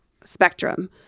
spectrum